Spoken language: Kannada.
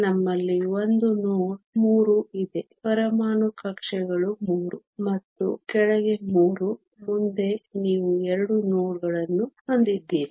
ನಮ್ಮಲ್ಲಿ 1 ನೋಡ್ 3 ಇದೆ ಪರಮಾಣು ಕಕ್ಷೆಗಳು 3 ಮತ್ತು ಕೆಳಗೆ 3 ಮುಂದೆ ನೀವು 2 ನೋಡ್ಗಳನ್ನು ಹೊಂದಿದ್ದೀರಿ